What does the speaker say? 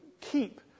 keep